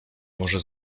może